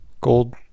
gold